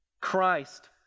Christ